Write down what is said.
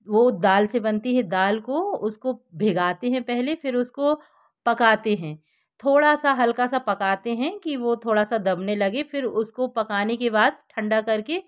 वो दाल से बनती है दाल को उसको भिगाते हैं पहले फिर उसको पकाते हैं थोड़ा सा हल्का सा पकाते हैं कि वो थोड़ा सा दबने लगे फिर उसको पकाने के बाद ठंडा करके